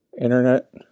internet